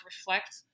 reflect